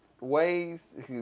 ways